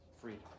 freedom